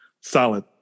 solid